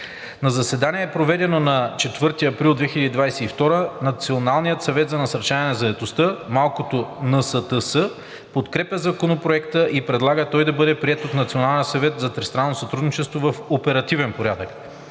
На заседание, проведено на 4 април 2022 г., Националният съвет за насърчаване на заетостта (малкото НСТС) подкрепя Законопроекта и предлага той да бъде приет от Националния съвет за тристранно сътрудничество в оперативен порядък.